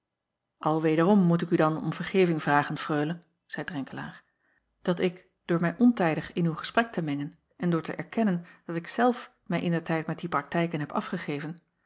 l wederom moet ik u dan om vergeving vragen reule zeî renkelaer dat ik door mij ontijdig in uw gesprek te mengen en door te erkennen dat ik zelf mij indertijd met die praktijken heb afgegeven